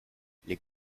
les